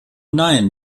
nein